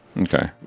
Okay